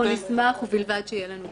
אנחנו נשמח ובלבד שיהיה לנו תקציב.